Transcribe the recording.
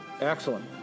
Excellent